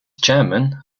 chairman